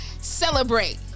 Celebrate